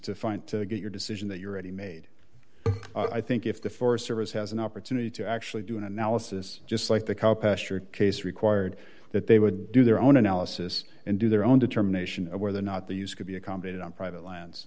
to fight to get your decision that your ready made i think if the forest service has an opportunity to actually do an analysis just like the cow pasture case required that they would do their own analysis and do their own determination of whether or not these could be accommodated on private lands